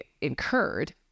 incurred